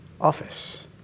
office